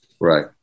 Right